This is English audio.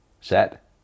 set